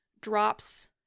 drops